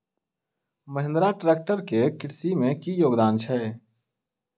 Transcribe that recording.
Mahindra tractor केँ कृषि मे की योगदान छै?